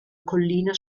collina